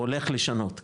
הולך לשנות בקרוב,